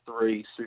three